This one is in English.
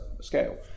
scale